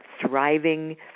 thriving